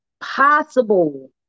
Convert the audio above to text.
possible